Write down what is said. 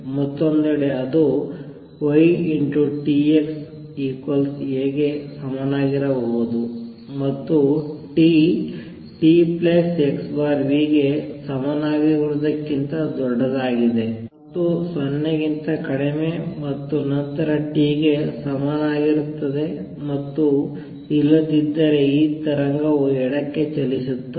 ಮತ್ತೊಂದೆಡೆ ಅದು y t x A ಗೆ ಸಮನಾಗಿರಬಹುದು ಮತ್ತು t t x v ಗೆ ಸಮನಾಗಿರುವುದಕ್ಕಿಂತ ದೊಡ್ಡದಾಗಿದೆ ಮತ್ತು 0 ಕ್ಕಿಂತ ಕಡಿಮೆ ಮತ್ತು ನಂತರ t ಗೆ ಸಮನಾಗಿರುತ್ತದೆ ಮತ್ತು ಇಲ್ಲದಿದ್ದರೆ ಈ ತರಂಗವು ಎಡಕ್ಕೆ ಚಲಿಸುತ್ತದೆ